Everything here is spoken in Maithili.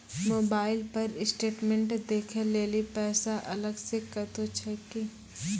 मोबाइल पर स्टेटमेंट देखे लेली पैसा अलग से कतो छै की?